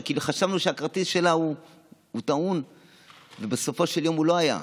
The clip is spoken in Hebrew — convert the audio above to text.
כי חשבנו שהכרטיס שלה טעון ובסופו של יום הוא לא היה.